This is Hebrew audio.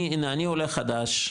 אני עולה חדש,